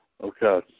Okay